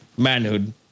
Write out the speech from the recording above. manhood